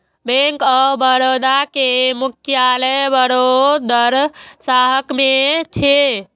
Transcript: bank of Baroda के मुख्यालय वडोदरा शहर मे छै